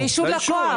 לאישור לקוח.